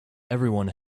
everyone